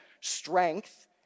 strength